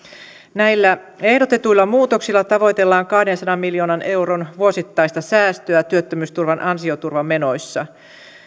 näillä ehdotetuilla muutoksilla tavoitellaan kahdensadan miljoonan euron vuosittaista säästöä työttömyysturvan ansioturvamenoissa